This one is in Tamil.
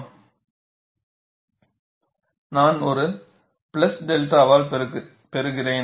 எனவே நான் ஒரு பிளஸ் 𝛅 வால் பெருகிறேன்